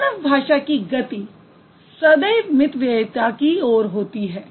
मानव भाषा की गति सदैव मितव्ययिता की ओर होती है